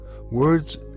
words